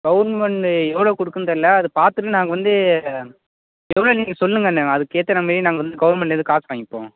government எவ்வளோ கொடுக்குன்னு தெரில அது பார்த்துட்டு நாங்கள் வந்து எவ்வளோ நீங்கள் சொல்லுங்கன்னே அதுக்கேத்துன மாரி நாங்கள் வந்து கவுர்மெண்ட்லேயிருந்து காசு வாங்கிப்போம்